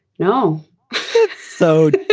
no so